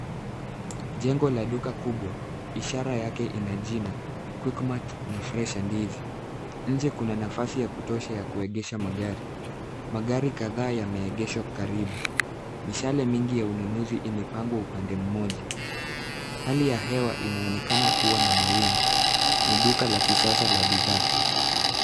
Jengo la duka kubwa. Ishara yake ina jina quickmart na fresh and easy . Nje kuna nafasi ya kutosha ya kuegesha magari. Magari kadhaa yameegeshwa karibu. Mishale mingi ya ununuzi imepangwa upande mmoja. Hali ya hewa inaonekana kuwa na mawingu. Ni duka la kisasa la bidhaa.